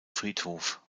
friedhof